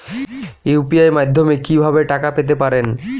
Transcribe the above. UPI মাধ্যমে কি ভাবে টাকা পেতে পারেন?